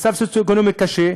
מצב סוציו-אקונומי קשה,